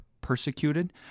persecuted